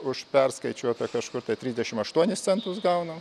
už perskaičiuotą kažkur tai trisdešim aštuonis centus gaunam